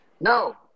No